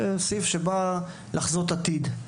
זהו סעיף שבא לחזות עתיד,